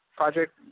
Project